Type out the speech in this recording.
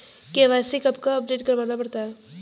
KYC कब कब update करवाना पड़ता है?